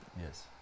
Yes